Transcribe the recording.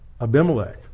Abimelech